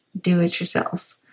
do-it-yourselves